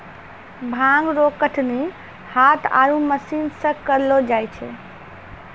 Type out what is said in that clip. भांग रो कटनी हाथ आरु मशीन से करलो जाय छै